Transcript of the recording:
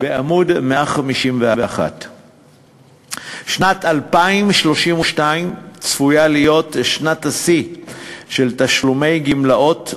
בעמוד 151. 3. שנת 2032 צפויה להיות שנת השיא של תשלומי גמלאות,